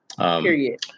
Period